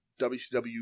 WCW